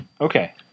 Okay